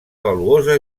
valuosa